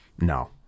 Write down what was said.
no